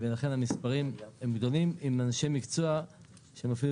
לכן המספרים הם גדולים עם אנשי מקצוע שהם אפילו